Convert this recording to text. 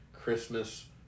Christmas